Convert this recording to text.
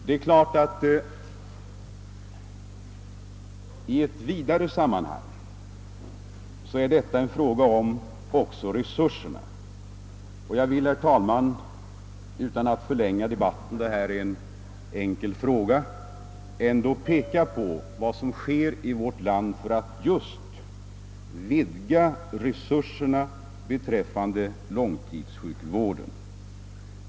Det är klart att i ett vidare sammanhang är detta också en fråga om resurser, och jag vill, herr talman, utan att förlänga denna debatt om en enkel fråga ändå peka på vad som sker i vårt land just för att vidga resurserna för långtidssjukvården.